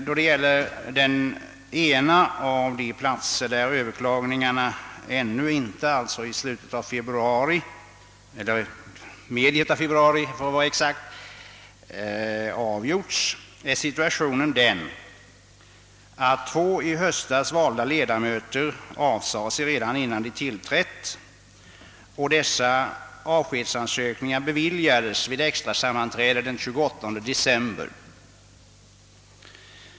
På en av de platser där besvärsmålet ännu i mitten av februari inte avgjorts är situationen den att två i höstas valda ledamöter av fullmäktige avsade sig sina uppdrag redan innan de tillträtt dem. Deras avskedsansökningar beviljades vid ett extra sammanträde den 28 december.